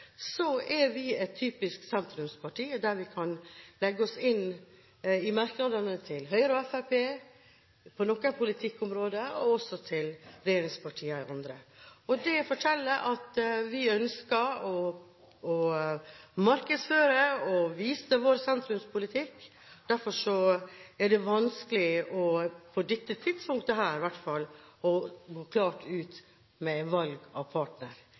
til Høyre og Fremskrittspartiet på noen politikkområder og til regjeringspartiene på andre områder. Det forteller at vi ønsker å markedsføre og vise til vår sentrumspolitikk. Derfor er det vanskelig i hvert fall på dette tidspunktet å gå klart ut med valg av partner.